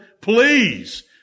Please